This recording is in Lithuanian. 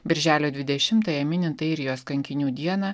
birželio dvidešimtąją minint airijos kankinių dieną